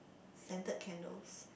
scented candles